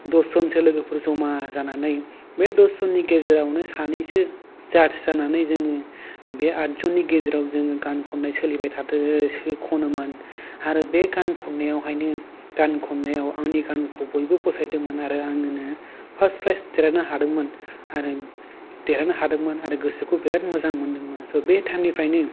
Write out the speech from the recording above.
दसजनसो लोगोफोर ज'मा जानानै बे दसजननि गेजेरावनो सानैसो जाद्ज जानानै जोङो बे आठजननि गेजेराव जोङो गान खननाय सोलिबाय थादोङो खनोमोन आरो बे गान खननायावहायनो गान खननायाव आंनि गानखौ बयबो फसायदोंमोन आरो आंनो फार्टस प्राइज देरहानो हादोंमोन आरो देरहानो हादोंमोन आरो गोसोखौ बिराद मोजां मोनदोंमोन स' बे टाइम निफ्रायनो